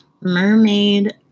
mermaid